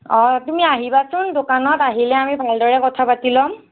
অঁ তুমি আহিবাচোন দোকানত আহিলে আমি ভালদৰে কথা পাতি লম